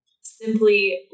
simply